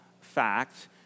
fact